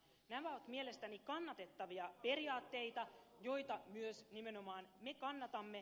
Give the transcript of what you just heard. nämä ovat mielestäni kannatettavia periaatteita joita myös nimenomaan me kannatamme